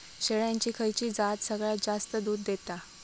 शेळ्यांची खयची जात सगळ्यात जास्त दूध देता?